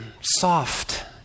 soft